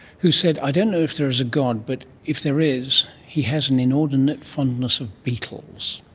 who said, i don't know if there is a god but if there is he has an inordinate fondness of beetles.